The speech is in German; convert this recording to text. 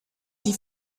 die